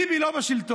ביבי לא בשלטון,